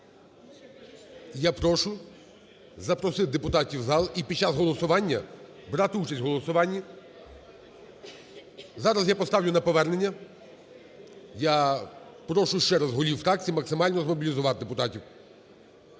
Я прошу запросити депутатів в зал і під час голосування брати участь в голосуванні. Зараз я поставлю на повернення. Я прошу ще раз голів фракцій максимально змобілізувати депутатів.